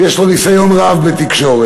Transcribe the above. שיש לו ניסיון רב בתקשורת,